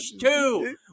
two